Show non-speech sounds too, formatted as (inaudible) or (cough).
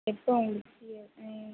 எப்போ உங்களுக்கு (unintelligible)